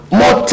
more